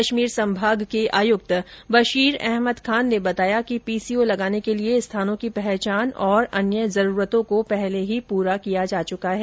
कश्मीर संभाग के आयुक्त बसीर अहमद खान ने बताया कि पीसीओ लगाने के लिए स्थानों की पहचान और अन्य जरूरतों को पहले ही पूरा किया जा चुका है